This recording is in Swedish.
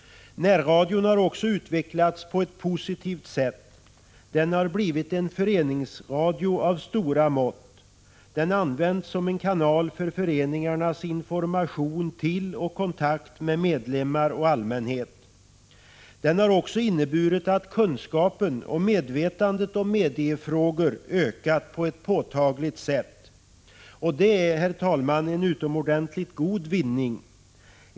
Närradion har också utvecklats på ett positivt sätt. Den har blivit en föreningsradio av stora mått. Den används som en kanal för föreningarnas information till och kontakt med medlemmar och allmänhet. Den har också inneburit att kunskapen och medvetandet om mediefrågor ökat på ett påtagligt sätt. Det är, herr talman, en utomordentligt god vinning.